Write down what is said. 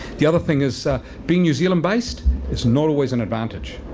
the other thing is being new zealand based is not always an advantage.